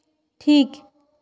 ᱴᱷᱤᱠ